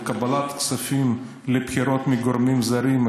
וקבלת כספים לבחירות מגורמים זרים,